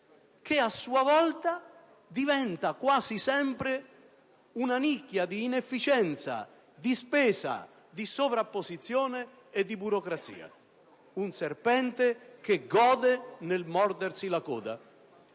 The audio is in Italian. che a sua volta diventa quasi sempre una nicchia di inefficienza, di spesa, di sovrapposizione e di burocrazia: è un serpente che gode nel mordersi la coda.